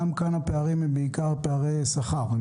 גם כאן, הפערים הם בעיקר פערי שכר.